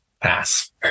pass